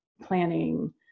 planning